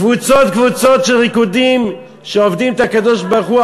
קבוצות-קבוצות של ריקודים שעובדים את הקדוש-ברוך-הוא,